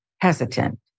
hesitant